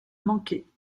manquer